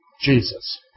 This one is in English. Jesus